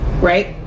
right